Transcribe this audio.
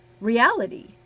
reality